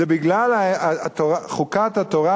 זה בגלל חוקת התורה,